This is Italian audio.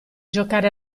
giocare